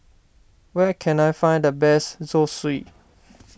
where can I find the best Zosui